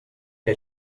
què